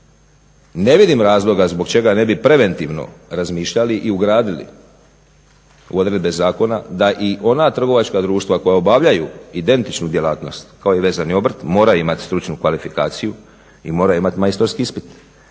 Ne vidim razloga zbog čega ne bi preventivno razmišljali i ugradili u odredbe zakona da i ona trgovačka društva koja obavljaju identičnu djelatnosti kao i vezani obrt moraju imat stručnu kvalifikaciju i moraju imat majstorski ispit.